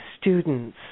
students